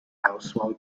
auswahl